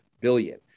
billion